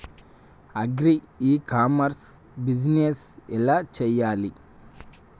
Agri e commerce business ఎలా చెయ్యాలి?